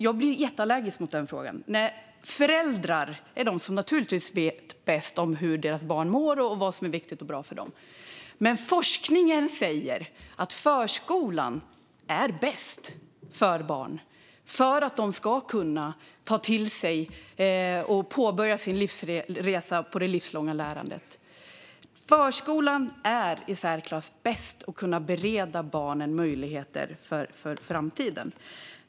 Jag är allergisk mot den frågan - föräldrar är naturligtvis de som bäst vet hur deras barn mår och vad som är viktigt och bra för dem. Forskningen säger dock att förskolan är bäst för barn för att de ska kunna ta till sig och påbörja sin livsresa med det livslånga lärandet. Förskolan är i särklass bäst på att bereda barnen möjligheter för framtiden.